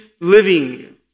living